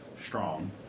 strong